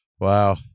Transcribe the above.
Wow